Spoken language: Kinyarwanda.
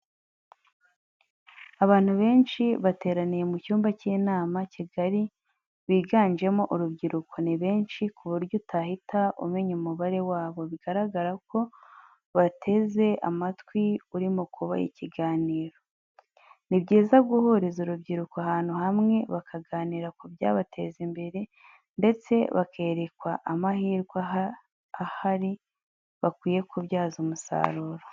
Abantu benshi bateraniye mu cyumba cy'inama kigari biganjemo urubyiruko, ni benshi ku buryo utahita umenya umubare wabo bigaragra ko bateze amatwi urimo kubaha ikiganiro. Ni byiza guhuriza urubyiruko ahantu hamwe bakaganira ku byabateza imbere ndetse bakerekwa amahirwe ahari bakwiye kubyaza umusaruro.